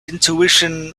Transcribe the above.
intuition